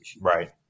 right